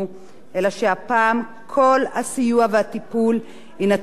אלא שהפעם כל הסיוע והטיפול יינתנו להם תחת